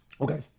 Okay